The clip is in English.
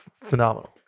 phenomenal